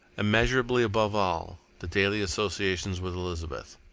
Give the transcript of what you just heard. immeasurably above all the daily association with elizabeth.